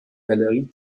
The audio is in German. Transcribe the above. galerie